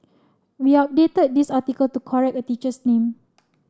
we updated this article to correct a teacher's name